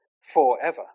forever